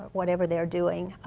whatever they're doing.